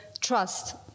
trust